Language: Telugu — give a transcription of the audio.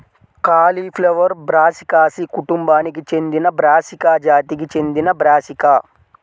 కాలీఫ్లవర్ బ్రాసికాసి కుటుంబానికి చెందినబ్రాసికా జాతికి చెందినబ్రాసికా